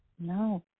No